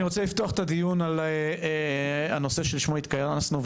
אני רוצה לפתוח את הדיון על הנושא שלשמו התכנסנו,